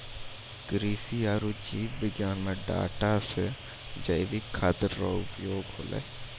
कृषि आरु जीव विज्ञान मे डाटा से जैविक खाद्य रो उपयोग होलै